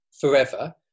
forever